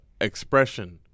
expression